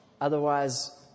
Otherwise